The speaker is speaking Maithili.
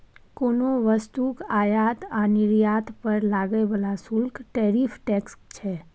कोनो वस्तुक आयात आ निर्यात पर लागय बला शुल्क टैरिफ टैक्स छै